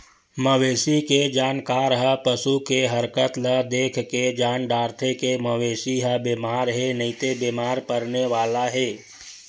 मवेशी के जानकार ह पसू के हरकत ल देखके जान डारथे के मवेशी ह बेमार हे नइते बेमार परने वाला हे